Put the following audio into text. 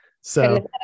So-